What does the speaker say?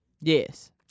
Yes